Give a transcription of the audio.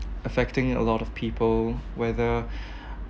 affecting a lot of people whether